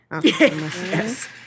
yes